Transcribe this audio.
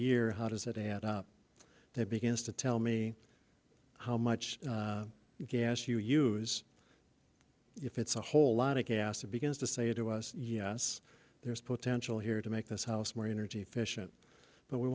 year how does that add up that begins to tell me how much gas you use if it's a whole lot of gas it begins to say to us yes there is potential here to make this house more energy efficient but we